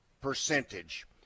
percentage